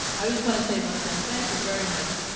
i just want to say one thing. thank you very much,